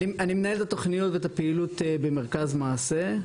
אני מנהל את התוכניות ואת הפעילות במרכז מעשה.